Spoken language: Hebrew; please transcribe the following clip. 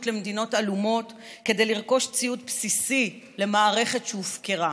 למדינות עלומות כדי לרכוש ציוד בסיסי למערכת שהופקרה.